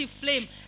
flame